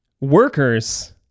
workers